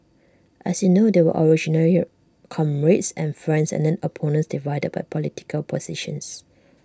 as you know they were originally comrades and friends and then opponents divided by political positions